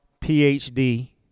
PhD